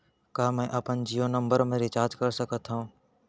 का मैं अपन जीयो नंबर म रिचार्ज कर सकथव?